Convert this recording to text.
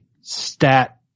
stat